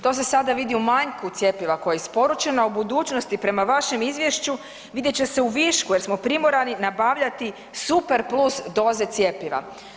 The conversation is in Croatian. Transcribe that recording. To se sada vidi u manjku cjepiva koje je isporučeno, a u budućnosti, prema vašem izvješću, vidjet će se u višku jer smo primorani nabavljati super plus doze cjepiva.